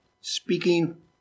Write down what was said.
Speaking